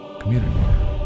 community